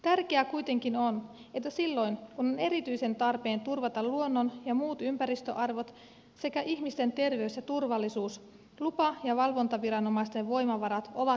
tärkeää kuitenkin on että silloin kun on erityisesti tarpeen turvata luonnon ja muut ympäristöarvot sekä ihmisten terveys ja turvallisuus lupa ja valvontaviranomaisten voimavarat ovat riittävät